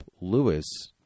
Lewis